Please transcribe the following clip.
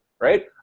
Right